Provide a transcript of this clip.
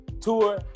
tour